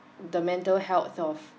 the mental health of